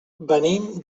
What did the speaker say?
venim